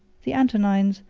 the antonines,